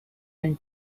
and